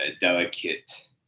delicate